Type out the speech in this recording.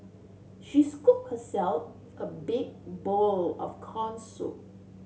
she scoop herself a big bowl of corn soup